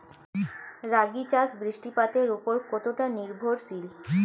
রাগী চাষ বৃষ্টিপাতের ওপর কতটা নির্ভরশীল?